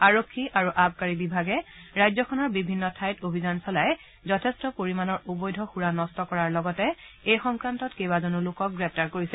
আৰক্ষী আৰু আবকাৰী বিভাগে ৰাজ্যখনৰ বিভিন্ন ঠাইত অভিযান চলাই যথেষ্ঠ পৰিমাণৰ অবৈধ সুৰা ন্ট কৰাৰ লগতে এই সংক্ৰান্তত কেইবাজনো লোকক গ্ৰেপ্তাৰ কৰিছে